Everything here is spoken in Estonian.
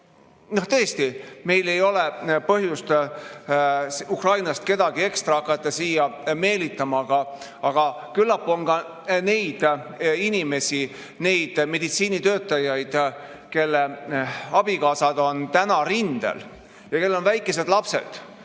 Tõesti, meil ei ole põhjust Ukrainast kedagi ekstra hakata siia meelitama, aga küllap on neidki inimesi, meditsiinitöötajaid, kelle abikaasad on rindel ja kellel on väikesed lapsed